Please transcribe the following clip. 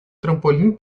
trampolim